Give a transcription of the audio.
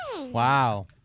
wow